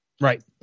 Right